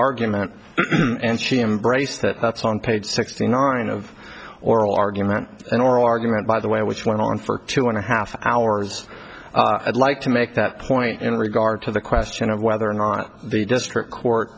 argument and she embraced that that's on page sixty nine of oral argument and oral argument by the way which went on for two and a half hours i'd like to make that point in regard to the question of whether or not the district court